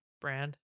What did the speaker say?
brand